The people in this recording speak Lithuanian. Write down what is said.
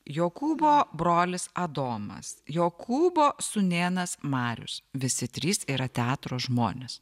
jokūbo brolis adomas jokūbo sūnėnas marius visi trys yra teatro žmonės